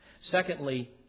Secondly